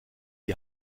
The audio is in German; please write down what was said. die